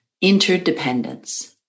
interdependence